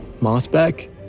Mossback